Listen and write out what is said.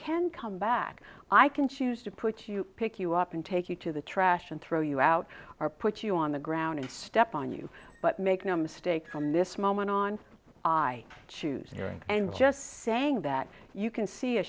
can come back i can choose to put you pick you up and take you to the trash and throw you out or put you on the ground and step on you but make no mistake from this moment on i choose and i'm just saying that you can see a